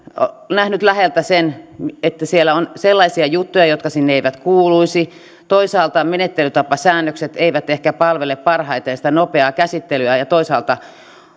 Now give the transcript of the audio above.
nähnyt läheltä sen että siellä on sellaisia juttuja jotka sinne eivät kuuluisi toisaalta menettelytapasäännökset eivät ehkä palvele parhaiten nopeaa käsittelyä ja ja toisaalta